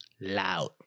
loud